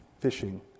fishing